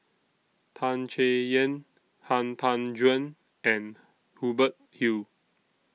Tan Chay Yan Han Tan Juan and Hubert Hill